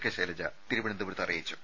K Shailaja തിരുവനന്തപുരത്ത് അറി യിച്ചു